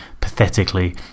pathetically